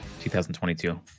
2022